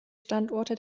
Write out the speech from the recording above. standorte